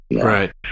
Right